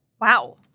Wow